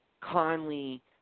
Conley